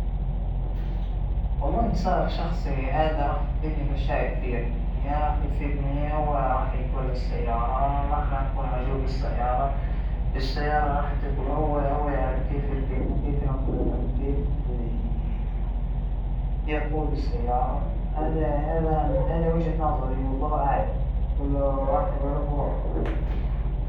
أعتقد راح أختار الطاهى الشخصى، مع إنى بعرف أطبخ ومرة أكلى حلو لكن راح أختارطاهى شخصى، السواقة مو كثيرة الخروج أنا، فا ما أعتقد أن السائق راح يساوى فرق إن يكون عندى شوفيرى الشخصى أو لا، لكن كل يوم متضطرين نطبخ مشان ناكل، فاعتقد ان الطاهى هو اللى بيكون أفضل لالى.